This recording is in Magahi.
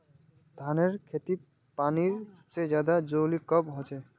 धानेर खेतीत पानीर सबसे ज्यादा जरुरी कब होचे?